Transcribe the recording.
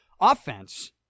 offense